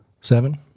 seven